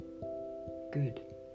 Good